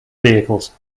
vehicles